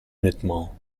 nettement